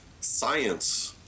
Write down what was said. science